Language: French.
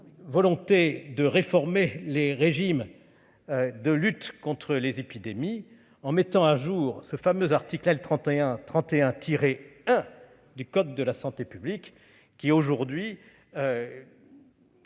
volonté de réformer les régimes de lutte contre les épidémies, en mettant à jour ce fameux article L. 3131-1 du code de la santé publique, qui aujourd'hui